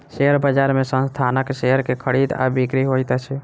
share बजार में संस्थानक शेयर के खरीद आ बिक्री होइत अछि